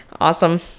Awesome